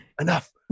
enough